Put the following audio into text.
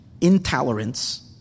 intolerance